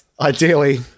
Ideally-